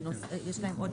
יש להם עוד